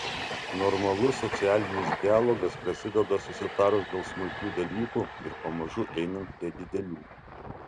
normalus socialinis dialogas prasideda susitarus dėl smulkių dalykų ir pamažu einant prie didelių